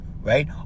Right